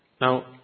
Now